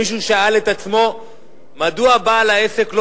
האם מישהו שאל את עצמו מדוע בעל העסק לא